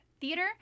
Theater